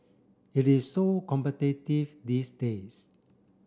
it is so competitive these days